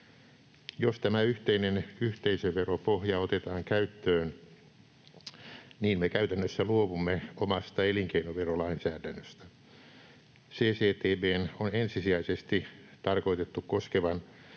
Jos tämä yhteinen yhteisöveropohja otetaan käyttöön, niin me käytännössä luovumme omasta elinkeinoverolainsäädännöstämme. CCTB:n on ensisijaisesti tarkoitettu koskevan